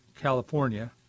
California